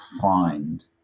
find